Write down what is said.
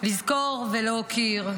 לזכור ולהוקיר,